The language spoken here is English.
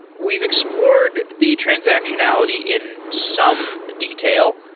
we've explored the transactionality in some detail.